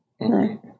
No